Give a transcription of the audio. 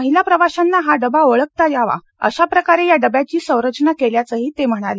महिला प्रवाशांना हा डबा ओळखता यावा अशा प्रकारे या डब्याची संरचना केल्याचं ही ते म्हणाले